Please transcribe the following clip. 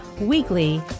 weekly